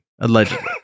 Allegedly